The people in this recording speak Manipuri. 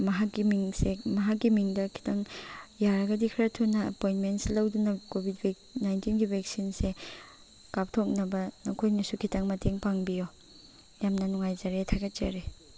ꯃꯍꯥꯛꯀꯤ ꯃꯤꯡꯁꯦ ꯃꯍꯥꯛꯀꯤ ꯃꯤꯡꯗ ꯈꯤꯇꯪ ꯌꯥꯔꯒꯗꯤ ꯈꯔ ꯊꯨꯅ ꯑꯦꯞꯣꯏꯟꯃꯦꯟꯁꯦ ꯂꯧꯗꯨꯅ ꯀꯣꯚꯤꯠ ꯅꯥꯏꯟꯇꯤꯟ ꯚꯦꯛꯁꯤꯟꯁꯦ ꯀꯥꯄꯊꯣꯛꯅꯕ ꯅꯈꯣꯏꯅꯁꯨ ꯈꯤꯇꯪ ꯃꯇꯦꯡ ꯄꯥꯡꯕꯤꯌꯣ ꯌꯥꯝꯅ ꯅꯨꯡꯉꯥꯏꯖꯔꯦ ꯊꯥꯒꯠꯆꯔꯤ